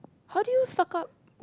how do you suck up